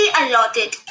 allotted